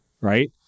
Right